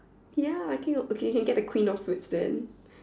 ya okay okay okay you can get the queen of fruits then